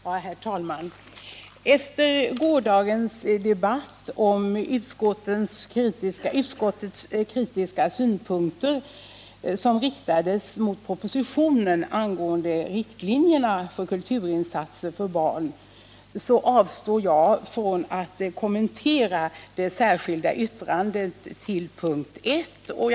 Herr talman! Efter gårdagens debatt om utskottets kritiska synpunkter mot propositionen angående riktlinjerna för kulturinsatser för barn avstår jag från att kommentera det särskilda yttrandet vid punkten 1.